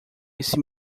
esse